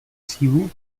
sílu